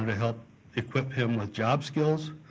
and help equip him with job skills,